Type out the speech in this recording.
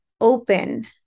open